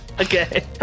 Okay